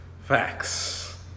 facts